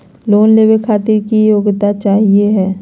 Loan लेवे खातीर की योग्यता चाहियो हे?